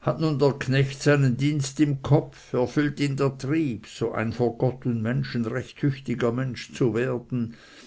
hat nun der knecht seinen dienst im kopf erfüllt ihn der trieb so ein vor gott und menschen recht tüchtiger mensch zu werden